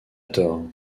tort